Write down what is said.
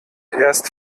erst